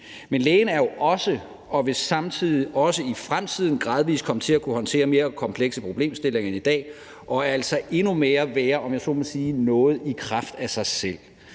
Men lægen er jo også og vil samtidig også i fremtiden gradvis komme til at kunne håndtere mere komplekse problemstillinger end i dag og altså endnu mere være noget i kraft af sig selv.